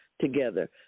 together